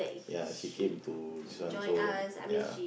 ya she came to this one so ya